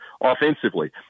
offensively